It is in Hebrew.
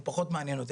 הוא פחות מעניין אותי,